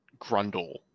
grundle